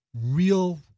real